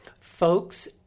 Folks